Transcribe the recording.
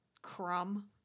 crumb